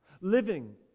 living